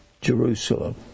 Jerusalem